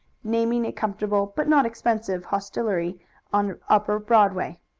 naming a comfortable but not expensive hostelry on upper broadway.